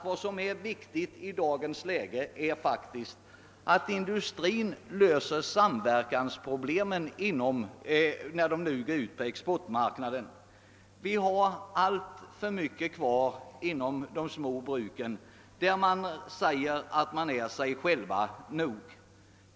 Vad som är viktigt i dagens läge är faktiskt att industrin löser de samverkansproblem som finns när företagen går ut på exportmarknaden. På de små bruken har man alltför mycket kvar av inställningen att man är sig själv nog.